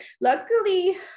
luckily